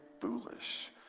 foolish